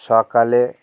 সকালে